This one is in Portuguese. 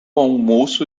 almoço